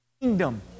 kingdom